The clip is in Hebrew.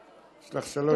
יש לך שלוש דקות.